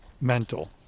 mental